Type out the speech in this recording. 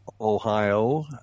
Ohio